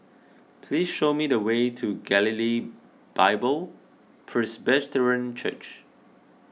please show me the way to Galilee Bible Presbyterian Church